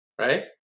right